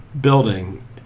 building